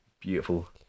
beautiful